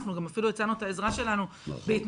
אנחנו אפילו הצענו את העזרה שלנו בהתנדבות